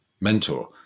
mentor